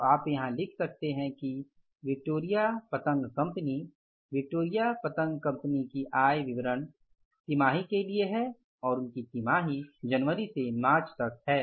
तो आप यहां यह लिख सकते हैं कि विक्टोरिया पतंग कंपनी विक्टोरिया पतंग कंपनी का आय विवरण तिमाही के लिए है और उनकी तिमाही जनवरी से मार्च तक है